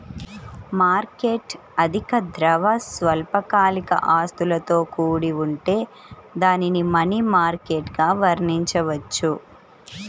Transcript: market అధిక ద్రవ, స్వల్పకాలిక ఆస్తులతో కూడి ఉంటే దానిని మనీ మార్కెట్గా వర్ణించవచ్చు